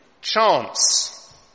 chance